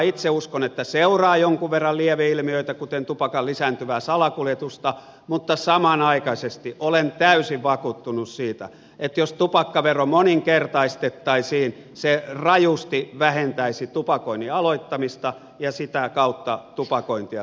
itse uskon että seuraa jonkun verran lieveilmiöitä kuten tupakan lisääntyvää salakuljetusta mutta samanaikaisesti olen täysin vakuuttunut siitä että jos tupakkavero moninkertaistettaisiin se rajusti vähentäisi tupakoinnin aloittamista ja sitä kautta tupakointia suomessa